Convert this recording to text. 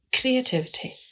creativity